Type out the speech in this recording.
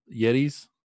Yetis